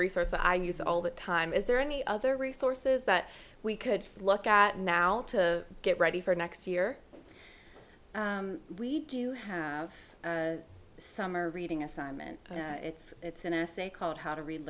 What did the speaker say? resource i use all the time is there any other resources that we could look at now to get ready for next year we do have a summer reading assignment it's an essay called how to read